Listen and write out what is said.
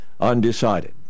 undecided